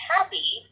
Happy